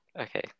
Okay